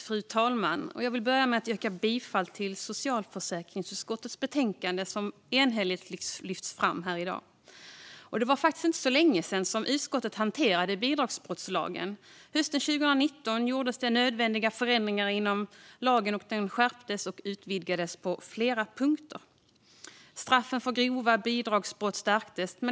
Fru talman! Jag vill börja med att yrka bifall till det förslag i socialförsäkringsutskottets betänkande som enhälligt lyfts fram här i dag. Det var faktiskt inte så länge sedan utskottet hanterade bidragsbrottslagen. Hösten 2019 gjordes det nödvändiga förändringar inom lagen, och den skärptes och utvidgades på flera punkter. Straffen för grova bidragsbrott skärptes.